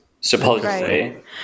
supposedly